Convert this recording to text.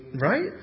right